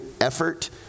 effort